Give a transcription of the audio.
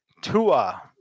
Tua